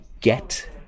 get